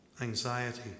anxiety